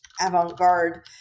avant-garde